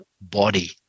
body